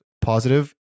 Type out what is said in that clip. positive